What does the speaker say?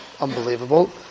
unbelievable